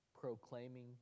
proclaiming